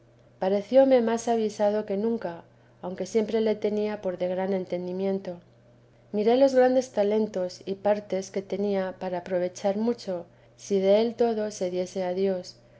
parecióme más avisado que nunca aunque siempre le tenía por de gran entendimiento miré los grandes talentos y partes que tenía para aprovechar mucho si del todo se diese a dios